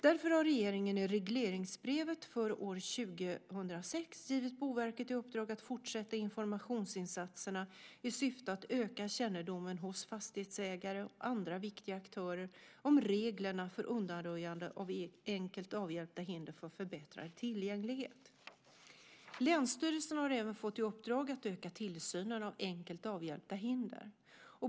Därför har regeringen i regleringsbrevet för 2006 givit Boverket i uppdrag att fortsätta informationsinsatserna i syfte att öka kännedomen hos fastighetsägare och andra viktiga aktörer om reglerna för undanröjande av enkelt avhjälpta hinder för förbättrad tillgänglighet. Länsstyrelserna har även fått i uppdrag att öka tillsynen av enkelt avhjälpta hinder.